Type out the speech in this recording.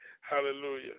Hallelujah